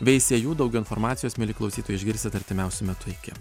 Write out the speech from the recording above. veisiejų daugiau informacijos mieli klausytojai išgirsit artimiausiu metu iki